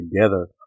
together